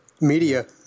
Media